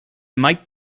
mike